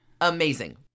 Amazing